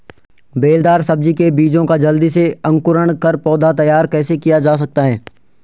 बेलदार सब्जी के बीजों का जल्दी से अंकुरण कर पौधा तैयार कैसे किया जा सकता है?